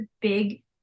big